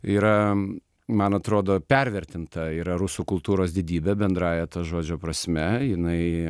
yra man atrodo pervertinta yra rusų kultūros didybė bendrąja to žodžio prasme jinai